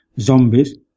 zombies